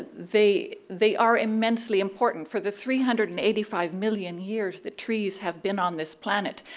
they they are immensely important. for the three hundred and eighty five million years that trees have been on this planet,